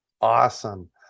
Awesome